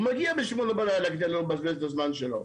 הוא מגיע ב-8 בלילה כדי לא לבזבז את הזמן שלו,